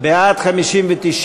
המסדרת בדבר הרכב ועדות הכנסת נתקבלה.